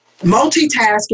multitasking